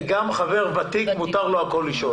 גם לחבר ותיק מותר לשאול הכול.